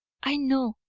i know,